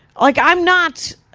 like i'm not.